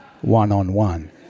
One-on-one